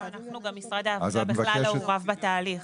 גם אנחנו, משרד העבודה, לא עורבנו בתהליך.